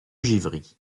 givry